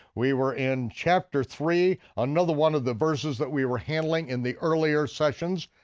we were in chapter three, another one of the verses that we were handling in the earlier sessions,